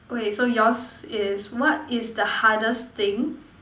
okay so yours is what is the hardest thing